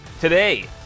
today